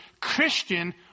Christian